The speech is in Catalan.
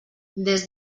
des